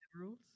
rules